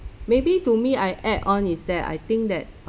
maybe to me I add on is that I think that